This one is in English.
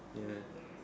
ya